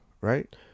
right